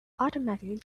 automatically